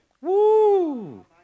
Woo